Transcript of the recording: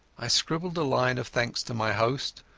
i scribbled a line of thanks to my host,